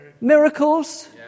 miracles